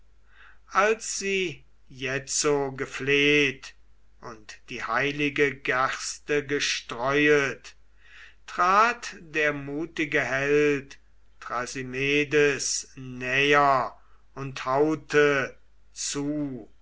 als sie jetzo gefleht und die heilige gerste gestreuet trat der mutige held thrasymedes näher und haute zu